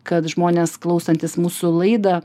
kad žmonės klausantys mūsų laidą